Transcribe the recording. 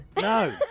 no